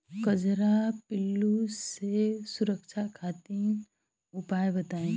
कजरा पिल्लू से सुरक्षा खातिर उपाय बताई?